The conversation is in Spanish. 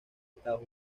estados